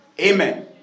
Amen